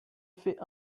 fait